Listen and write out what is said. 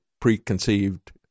preconceived